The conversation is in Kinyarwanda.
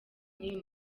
n’uyu